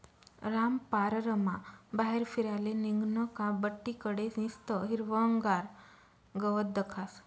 रामपाररमा बाहेर फिराले निंघनं का बठ्ठी कडे निस्तं हिरवंगार गवत दखास